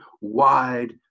wide